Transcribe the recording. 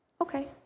okay